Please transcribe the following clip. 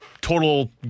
total